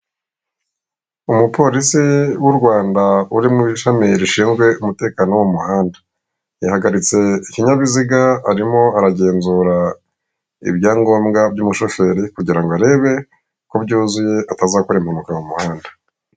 Umupolisi w'u Rwanda uri mu ishami rishinzwe umutekano wo mu muhanda, yahagaritse ikinyabiziga arimo aragenzura ibyangombwa by'umushoferi, kugira arebe ko byuzuye atazakora impanuka mu muhanda.